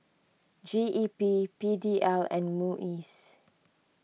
G E P P D L and Muis